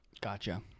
Gotcha